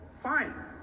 fine